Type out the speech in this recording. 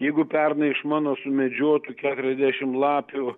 jeigu pernai iš mano sumedžiotų keturiasdešim lapių